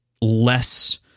less